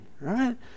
right